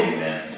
Amen